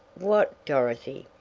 what, dorothy?